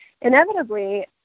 inevitably